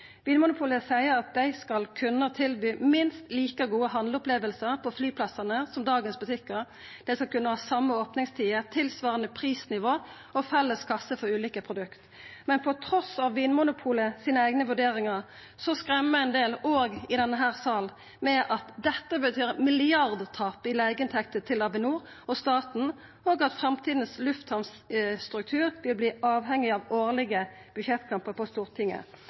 Vinmonopolet seier at dei skal kunna tilby minst like gode handleopplevingar på flyplassane som dagens butikkar, dei skal kunna ha same opningstider, tilsvarande prisnivå og felles kasse for ulike produkt. Trass i Vinmonopolets eigne vurderingar skremmer ein del – òg i denne salen – med at dette vil bety milliardtap i leigeinntekter til Avinor og staten, og at framtidas lufthamnstruktur vil verta avhengig av årlege budsjettkampar på Stortinget.